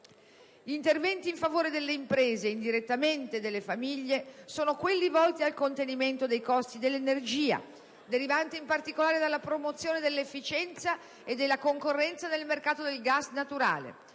Interventi in favore delle imprese, ed indirettamente delle famiglie, sono quelli volti al contenimento dei costi dell'energia, derivante in particolare dalla promozione dell'efficienza e della concorrenza nel mercato del gas naturale.